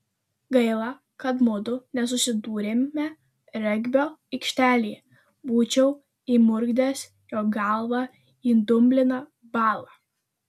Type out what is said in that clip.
gaila kad mudu nesusidūrėme regbio aikštelėje būčiau įmurkdęs jo galvą į dumbliną balą